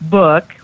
book